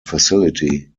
facility